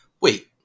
Wait